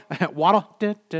waddle